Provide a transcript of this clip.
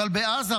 אבל בעזה,